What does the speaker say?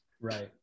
Right